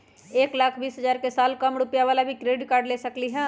एक लाख बीस हजार के साल कम रुपयावाला भी क्रेडिट कार्ड ले सकली ह?